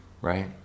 right